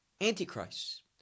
antichrist